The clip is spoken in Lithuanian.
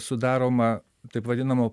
sudaroma taip vadinamu